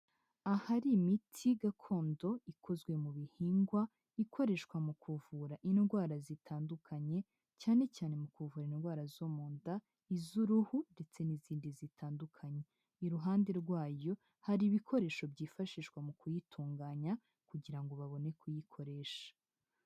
Ahari imiti gakondo ikozwe mu bihingwa ikoreshwa mu kuvura indwara zitandukanye, cyane cyane mu kuvura indwara zo mu nda, iz'uruhu ndetse n'izindi zitandukanye, iruhande rwayo hari ibikoresho byifashishwa mu kuyitunganya kugira ngo babone kuyikoresha.